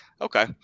okay